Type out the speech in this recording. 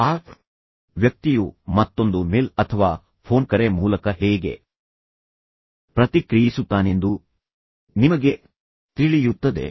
ಆ ವ್ಯಕ್ತಿಯು ಮತ್ತೊಂದು ಮೇಲ್ ಅಥವಾ ಫೋನ್ ಕರೆ ಮೂಲಕ ಹೇಗೆ ಪ್ರತಿಕ್ರಿಯಿಸುತ್ತಾನೆಂದು ನಿಮಗೆ ತಿಳಿಯುತ್ತದೆ